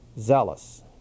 zealous